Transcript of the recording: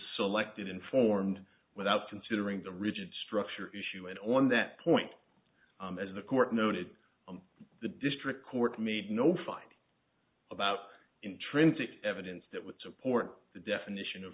selected informed without considering the rigid structure issue and on that point as the court noted the district court made no finding about intrinsic evidence that would support the definition of